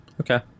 Okay